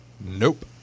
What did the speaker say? Nope